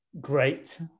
great